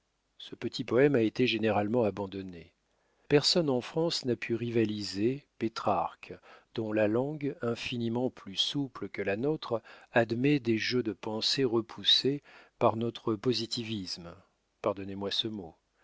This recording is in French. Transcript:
ce petit poème a été généralement abandonné personne en france n'a pu rivaliser pétrarque dont la langue infiniment plus souple que la nôtre admet des jeux de pensée repoussés par notre positivisme pardonnez-moi ce mot